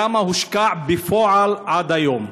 כמה הושקע בפועל עד היום?